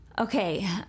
okay